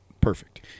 perfect